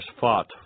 fought